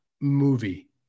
movie